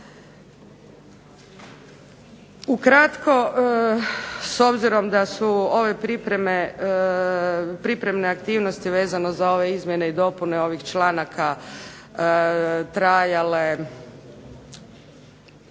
Ukratko s obzirom da su ove pripremne aktivnosti vezano za ove izmjene i dopune ovih članaka trajale